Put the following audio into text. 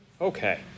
Okay